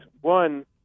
one